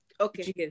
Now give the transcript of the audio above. Okay